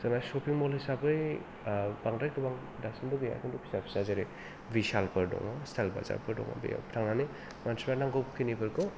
जोंना सपिं मल हिसाबै बांद्राय गोबां दासिमबो गैया खिन्थु फिसा फिसा जेरै भिसालफोर दङ ष्टाइल बाजारफोर दङ बेआव थांनानै मानसिफ्रा नांगौ खिनिफोरखौ